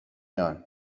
یان